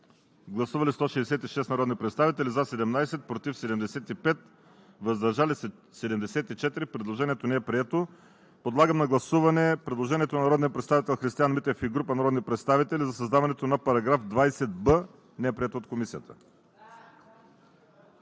Гласували 161 народни представители: за 87, против 70, въздържали се 4. Предложението е прието. Подлагам на гласуване предложението на народния представител Христиан Митев и група народни представители за създаването на нов § 20г. Гласували 152 народни